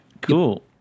cool